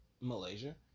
malaysia